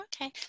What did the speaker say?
Okay